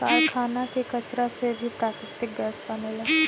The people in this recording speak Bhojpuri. कारखाना के कचरा से भी प्राकृतिक गैस बनेला